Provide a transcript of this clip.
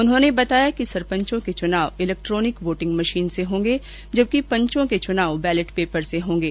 उन्होंने बताया कि सरपंचों के चुनाव इलेक्ट्रोनिक वॉटिंग मशीन से होंगे जबकि पंचों के चुनाव बैलेट पेपर से होंगे